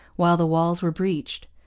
while the walls were breached.